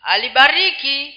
Alibariki